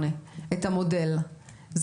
את המודל,